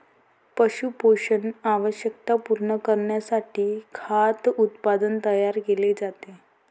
पशु पोषण आवश्यकता पूर्ण करण्यासाठी खाद्य उत्पादन तयार केले जाते